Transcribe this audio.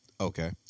Okay